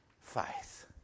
faith